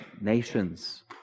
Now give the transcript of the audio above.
nations